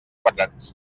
quadrats